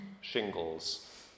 Shingles